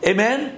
Amen